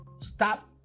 stop